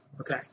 Okay